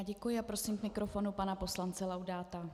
Děkuji a prosím k mikrofonu pana poslance Laudáta.